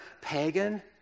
pagan